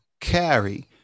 carry